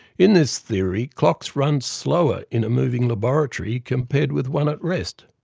in this theory, clocks run slower in a moving laboratory compared with one at rest,